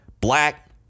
black